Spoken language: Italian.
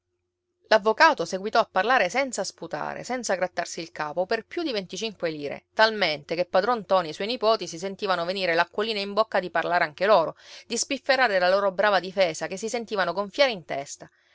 l'avvocato seguitò a parlare senza sputare senza grattarsi il capo per più di venticinque lire talmente che padron ntoni e i suoi nipoti si sentivano venire l'acquolina in bocca di parlare anche loro di spifferare la loro brava difesa che si sentivano gonfiare in testa